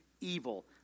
evil